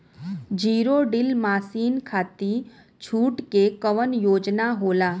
Zero till machine खाती छूट के कवन योजना होला?